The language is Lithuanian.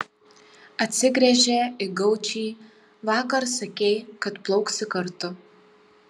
atsigręžė į gaučį vakar sakei kad plauksi kartu